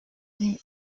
sie